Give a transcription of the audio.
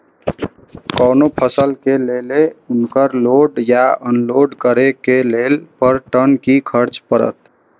कोनो फसल के लेल उनकर लोड या अनलोड करे के लेल पर टन कि खर्च परत?